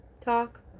talk